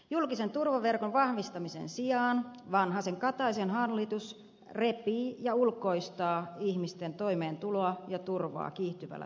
julkisen turvaverkon vahvistamisen sijaan vanhasenkataisen hallitus repii ja ulkoistaa ihmisten toimeentuloa ja turvaa kiihtyvällä tahdilla